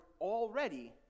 already